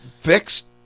fixed